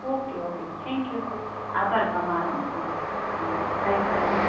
okay okay thank you આભાર તમારો હોં હા હા હા બાય બાય